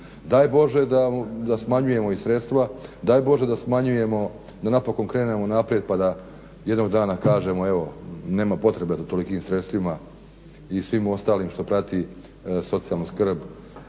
daj Bože da smanjujemo da napokon krenemo naprijed pa da jednog dana kažemo evo nema potrebe za tolikim sredstvima i svim onim što prati socijalnu skrb